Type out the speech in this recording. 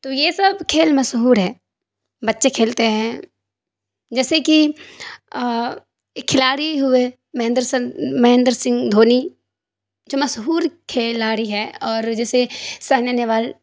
تو یہ سب کھیل مشہور ہے بچے کھیلتے ہیں جیسے کہ ایک کھلاڑی ہوئے مہندر سن مہندر سنگھ دھونی جو مشہور کھلاڑی ہے اور جیسے سائنا نہوال